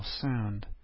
sound